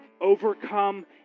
overcome